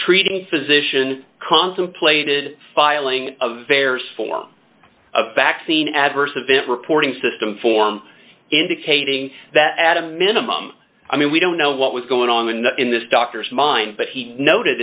treating physician contemplated filing a very for a vaccine adverse event reporting system for indicating that at a minimum i mean we don't know what was going on in this doctor's mind but he not